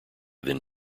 then